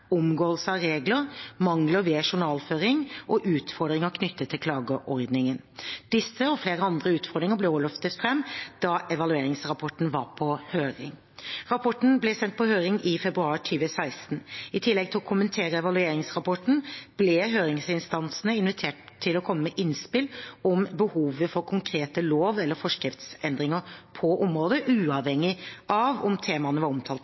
omgåelse av regler, mangler ved journalføringen og utfordringer knyttet til klageordningen. Disse og flere andre utfordringer ble også løftet fram da evalueringsrapporten var på høring. Rapporten ble sendt på høring i februar 2016. I tillegg til å kommentere evalueringsrapporten ble høringsinstansene invitert til å komme med innspill om behovet for konkrete lov- eller forskriftsendringer på området, uavhengig av om temaene var omtalt